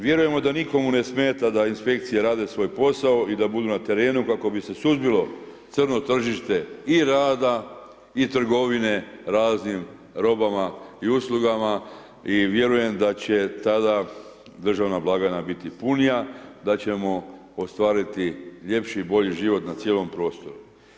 Vjerujemo da nikomu ne smeta da inspekcije rade svoj posao i da budu na terenu kako bi se suzbilo crno tržište i rada, i trgovine raznim robama i uslugama i vjerujem da će tada državna blagajna biti punija da ćemo ostvariti ljepši i bolji život na cijelom prostoru.